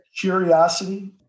Curiosity